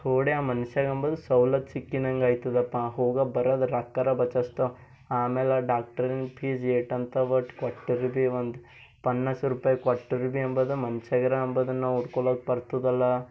ತೋಡೆ ಆ ಮನಶಗ್ ಅಂಬುದು ಸವಲತ್ ಸಿಕ್ಕಿನಂಗೈತದಪ್ಪ ಹೋಗೋ ಬರೋ ರೊಕ್ಕರ ಬಚಾಸ್ತೋ ಆಮೇಲೆ ಆ ಡಾಕ್ಟ್ರಾಂಗೆ ಫೀಸ್ ಏಟ್ ಅಂತ ಒಟ್ಟು ಕೊಟ್ಟರೆ ಭೀ ಒಂದು ಪನ್ನಾಸ್ ರೂಪಾಯಿ ಕೊಟ್ಟರೆ ಭೀ ಎಂಬುದು ಮನಷ್ಗಿರೋ ಅಂಬುದನ್ನು ಬರ್ತದಲ್ಲ